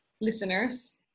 listeners